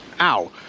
Ow